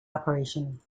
operation